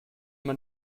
man